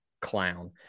clown